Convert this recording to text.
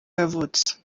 yavutse